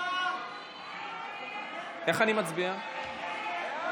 ההצעה להעביר לוועדה את הצעת חוק-יסוד: ירושלים בירת ישראל